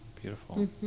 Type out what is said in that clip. beautiful